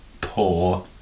poor